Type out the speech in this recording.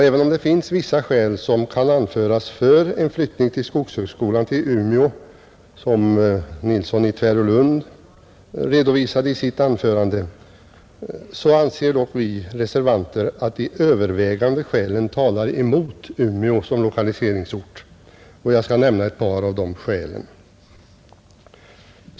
Även om vissa skäl kan anföras för en flyttning av skogshögskolan till Umeå, vilka herr Nilsson i Tvärålund redovisade i sitt anförande, anser dock vi reservanter att de övervägande skälen talar emot Umeå som lokaliseringsort. Jag skall endast nämna ett par av skälen.